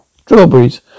strawberries